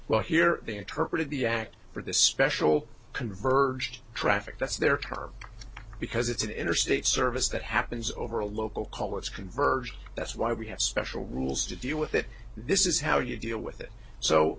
well here they interpreted the act for the special converged traffic that's their term because it's an interstate service that happens over a local call it's conversion that's why we have special rules to deal with it this is how you deal with it so